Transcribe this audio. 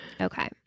Okay